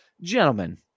gentlemen